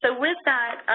so with that,